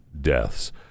deaths